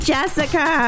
Jessica